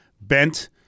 bent